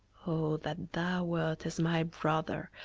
o that thou wert as my brother,